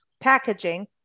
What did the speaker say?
packaging